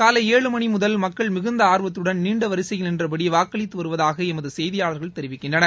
காலை ஏழு மணி முதல் மக்கள் மிகுந்த ஆர்வத்துடன் நீண்டவரிசையில் நின்றபடி வாக்களித்து வருவதாக எமது செய்தியாளர்கள் தெரிவிக்கின்றனர்